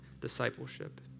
discipleship